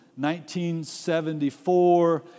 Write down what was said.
1974